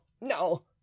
no